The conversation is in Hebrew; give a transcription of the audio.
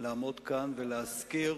לעמוד כאן ולהזכיר,